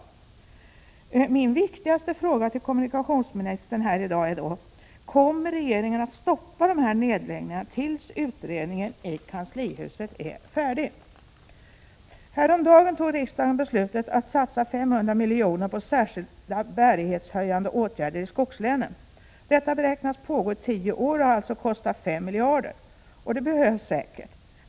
Min viktigaste fråga till kommunikationsministern här i dag är: Kommer regeringen att stoppa dessa nedläggningar tills utredningen i kanslihuset är färdig? Häromdagen fattade riksdagen beslut om att satsa 500 miljoner på särskilt bärighetshöjande åtgärder i skogslänen. Detta projekt beräknas pågå tio år och alltså kosta 5 miljarder. Och det behövs säkert.